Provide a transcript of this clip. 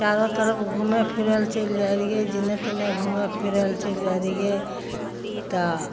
चारो तरफ घुमय फिरय लए चलि जाइ रहियइ जेने तेने घुमय फिरय लए चलि जाइ रहियै तऽ